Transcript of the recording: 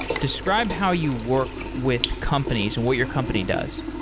describe how you work with companies and what your company does.